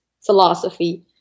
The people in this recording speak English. philosophy